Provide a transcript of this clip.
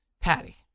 Patty